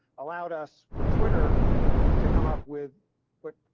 allowed us for twitter to come up with what,